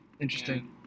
interesting